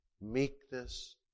meekness